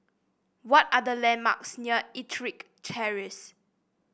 what are the landmarks near EttricK Terrace